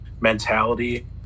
mentality